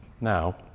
Now